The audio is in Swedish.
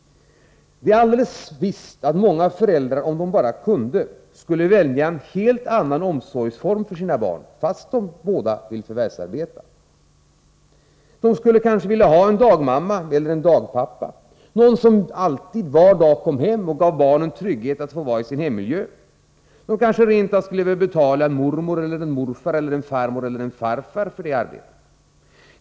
Det är alldeles visst att många föräldrar, om de bara kunde, skulle välja en helt annan omsorgsform för sina barn, fastän de båda vill förvärvsarbeta. De skulle kanske vilja ha en dagmamma eller en dagpappa — någon som varje dag kom hem, för att barnen skulle få den trygghet det innebär att få vara i sin hemmiljö. De kanske rent av skulle vilja betala en mormor eller en morfar, en farmor eller en farfar, för det arbetet.